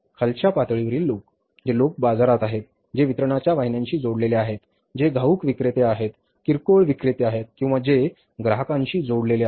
खालच्या पातळीवरील लोक जे लोक बाजारात आहेत जे वितरणाच्या वाहिन्यांशी जोडलेले आहेत जे घाऊक विक्रेते किरकोळ विक्रेते किंवा जे ग्राहकांशी जोडलेले आहेत